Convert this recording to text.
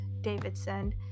davidson